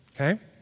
Okay